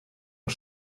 her